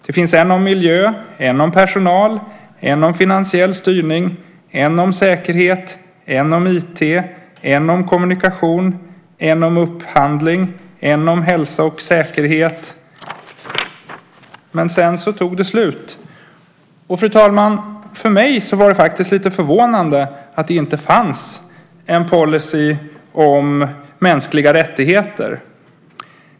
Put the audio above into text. Det finns en om miljö, en om personal, en om finansiell styrning, en om säkerhet, en om IT, en om kommunikation, en om upphandling och en om hälsa och säkerhet. Men sedan tog det slut. Fru talman! För mig var det lite förvånande att det inte fanns en policy om mänskliga rättigheter.